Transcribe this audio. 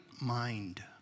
mind